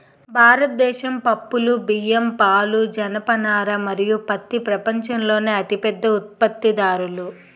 భారతదేశం పప్పులు, బియ్యం, పాలు, జనపనార మరియు పత్తి ప్రపంచంలోనే అతిపెద్ద ఉత్పత్తిదారులు